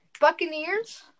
Buccaneers